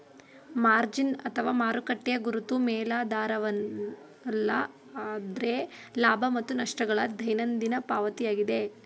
margin ಅಥವಾ ಮಾರುಕಟ್ಟೆಯ ಗುರುತು ಮೇಲಾಧಾರವಲ್ಲ ಆದ್ರೆ ಲಾಭ ಮತ್ತು ನಷ್ಟ ಗಳ ದೈನಂದಿನ ಪಾವತಿಯಾಗಿದೆ